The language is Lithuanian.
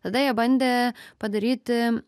tada jie bandė padaryti